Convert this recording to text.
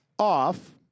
off